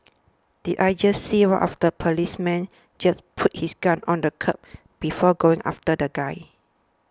did I just see one of the policemen just put his gun on the curb before going after the guy